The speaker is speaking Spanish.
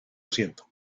ciento